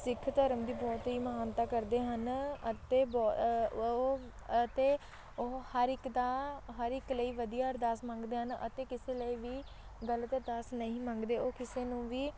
ਸਿੱਖ ਧਰਮ ਦੀ ਬਹੁਤ ਹੀ ਮਹਾਨਤਾ ਕਰਦੇ ਹਨ ਅਤੇ ਬੋਹ ਉਹ ਅਤੇ ਉਹ ਹਰ ਇੱਕ ਦਾ ਹਰ ਇੱਕ ਲਈ ਵਧੀਆ ਅਰਦਾਸ ਮੰਗਦੇ ਹਨ ਅਤੇ ਕਿਸੇ ਲਈ ਵੀ ਗਲਤ ਅਰਦਾਸ ਨਹੀਂ ਮੰਗਦੇ ਉਹ ਕਿਸੇ ਨੂੰ ਵੀ